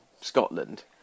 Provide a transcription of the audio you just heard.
scotland